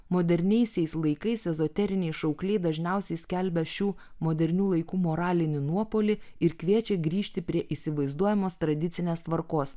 moderniaisiais laikais ezoteriniai šaukliai dažniausiai skelbia šių modernių laikų moralinį nuopuolį ir kviečia grįžti prie įsivaizduojamos tradicinės tvarkos